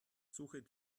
suche